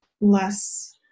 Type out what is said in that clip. less